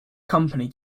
company